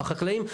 החקלאים,